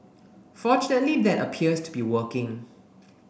fortunately that appears to be working